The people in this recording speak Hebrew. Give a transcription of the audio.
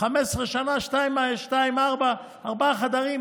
15 שנה, 2.4 מיליון, לארבעה חדרים.